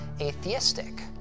atheistic